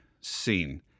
seen